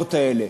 העקרונות האלה,